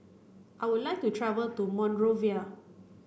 I would like to travel to Monrovia